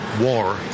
war